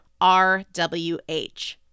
RWH